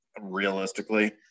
realistically